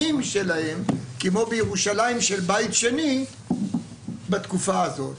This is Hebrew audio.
שלהם כמו בירושלים של בית שני בתקופה הזאת.